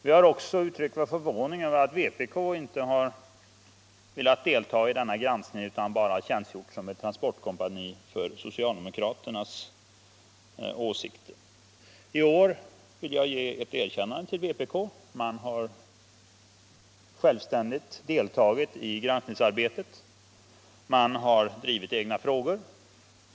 Vi har också uttryckt vår förvåning över att vpk inte har velat delta i denna granskning utan bara tjänstgjort som ett transportkompani för socialdemokraternas åsikter. I år vill jag ge ett erkännande till vpk. Man har självständigt deltagit i granskningsarbetet. Man har drivit egna frågor.